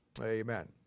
Amen